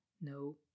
No